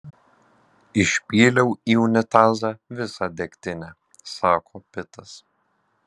išpyliau į unitazą visą degtinę sako pitas